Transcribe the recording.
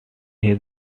his